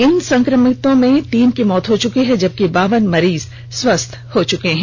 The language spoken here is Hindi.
इन संक्रमितों में तीन की मौत हो चुकी है जबकि बावन मरीज स्वस्थ भी हो चुके हैं